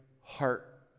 heart